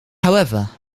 however